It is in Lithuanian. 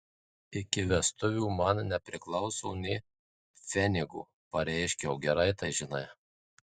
iki vestuvių man nepriklauso nė pfenigo pareiškiau gerai tai žinai